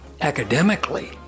Academically